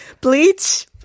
bleach